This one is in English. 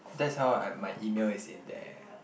that's how I my E-mail is in there